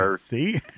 See